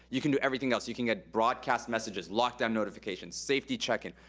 you can do everything else. you can get broadcast messages, lockdown notifications, safety check-in.